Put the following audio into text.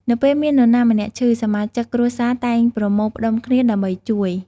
នៅពេលមាននរណាម្នាក់ឈឺ សមាជិកគ្រួសារតែងប្រមូលផ្តុំគ្នា ដើម្បីជួយ។